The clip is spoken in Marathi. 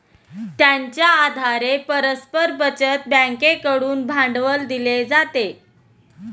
त्यांच्या आधारे परस्पर बचत बँकेकडून भांडवल दिले जाते